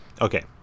okay